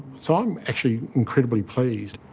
so i'm actually incredibly pleased.